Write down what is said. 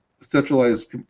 centralized